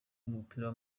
w’umupira